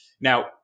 Now